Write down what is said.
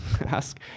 Ask